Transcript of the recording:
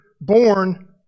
born